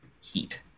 heat